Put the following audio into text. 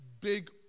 big